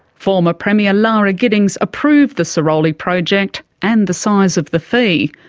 former premier lara giddings approved the sirolli project and the size of the fee.